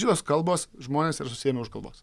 šitos kalbos žmonės yra susiėmę už galvos